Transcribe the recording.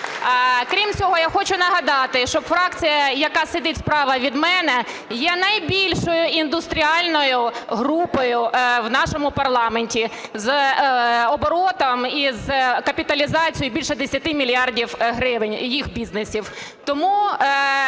Крім всього, я хочу нагадати, що фракція, яка сидить справа від мене, є найбільшою індустріальною групою в нашому парламенті, з оборотом і з капіталізацією більше10 мільярдів гривень, їх бізнесів.